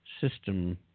system